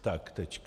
Tak tečka.